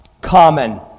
common